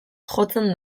jotzen